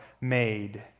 made